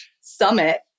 summit